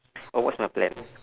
oh what's my plan